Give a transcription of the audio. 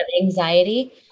Anxiety